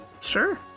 sure